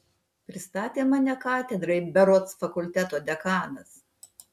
pristatė mane katedrai berods fakulteto dekanas